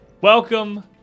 Welcome